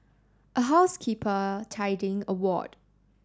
a housekeeper tidying a ward